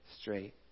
straight